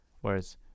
Whereas